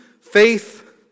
faith